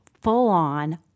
full-on